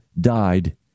died